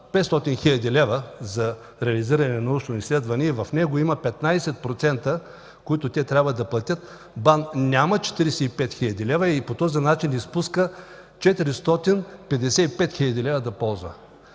500 хил. лв. за реализиране на научно изследване и в него има 15%, които те трябва да платят, БАН няма 45 хил. лв. и по този начин изпуска да ползва